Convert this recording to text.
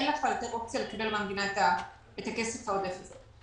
אין לך יותר אופציה לקבל מהמדינה את הכסף העודף הזה.